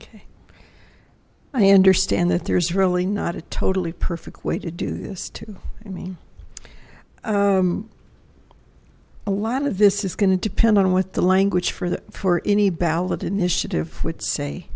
okay i understand that there's really not a totally perfect way to do this too i mean a lot of this is going to depend on what the language for that for any ballot initiative would say